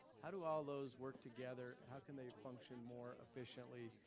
how do all those work together? how can they function more efficiently?